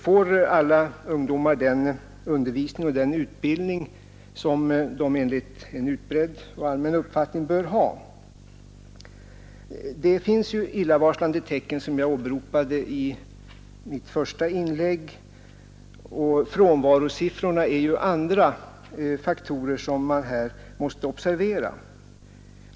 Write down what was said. Får alla ungdomar den undervisning och den utbildning som de enligt en utbredd och allmän uppfattning bör ha? Det finns ju illavarslande tecken, som jag åberopade i mitt första inlägg. Frånvarosiffrorna är en annan faktor som man här måste observera.